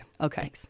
Okay